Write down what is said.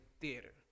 theater